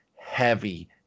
heavy